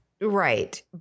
Right